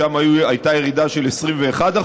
שם הייתה ירידה של 21%,